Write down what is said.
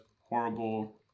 horrible